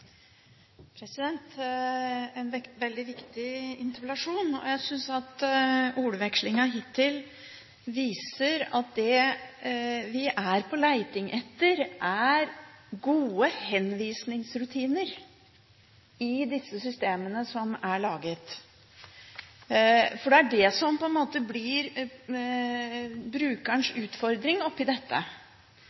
veldig viktig interpellasjon. Jeg synes ordvekslingen hittil viser at det vi er på leting etter, er gode henvisningsrutiner i disse systemene som er laget. Det er det som blir brukerens utfordring oppi dette – for å si det sånn: